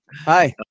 hi